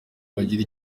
bagira